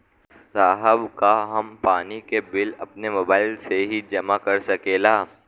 साहब का हम पानी के बिल अपने मोबाइल से ही जमा कर सकेला?